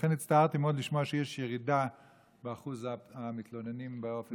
לכן הצטערתי מאוד לשמוע שיש ירידה באחוז המתלוננים באופן כללי.